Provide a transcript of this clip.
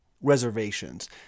reservations